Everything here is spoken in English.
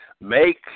make